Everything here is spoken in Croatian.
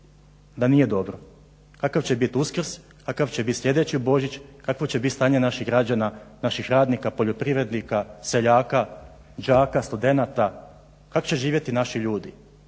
da nije dobro. Kakav će bit Uskrs, kakav će bit sljedeći Božić, kakvo će bit stanje naših građana, naših radnika, poljoprivrednika, seljaka, đaka, studenata. Kako će živjeti naši ljudi?